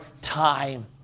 time